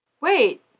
Wait